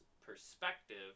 perspective